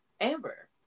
Amber